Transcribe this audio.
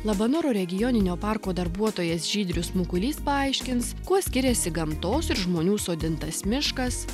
labanoro regioninio parko darbuotojas žydrius mikulys paaiškins kuo skiriasi gamtos ir žmonių sodintas miškas